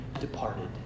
Departed